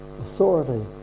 authority